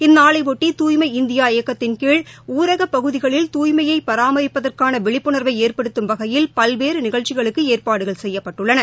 இந்நாளைபொட்டி தூய்மை இந்தியா இயக்கத்தின் கீழ் ஊரகப் பகுதிகளில் தூய்மையைபராமரிப்பதற்கானவிழிப்புணர்வைஏற்படுத்தும் வகையில் பல்வேறுநிகழ்ச்சிகளுக்குஏற்பாடுகள் செய்யப்பட்டுள்ளன